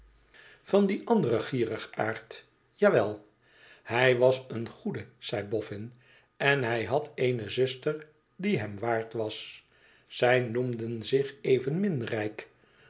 van dien anderen gierigaard ja wel hij was een goede zei boffin i en hij had eene zuster die hem waard was zij noemden zich evenmin rijk